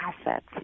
assets